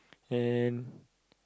and